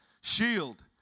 shield